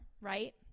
right